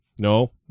no